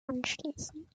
anschließend